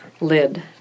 lid